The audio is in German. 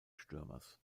stürmers